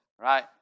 right